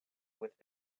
with